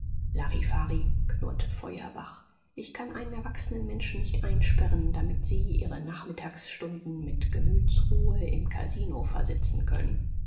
larifari knurrte feuerbach ich kann einen erwachsenen menschen nicht einsperren damit sie ihre nachmittagsstunden mit gemütsruhe im kasino versitzen können